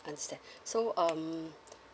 understand so um